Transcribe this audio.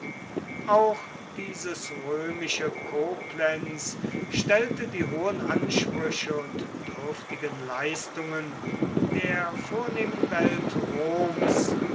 auch dieses römische koblenz stellte die hohen ansprüche und dürftigen leistungen der vornehmen welt roms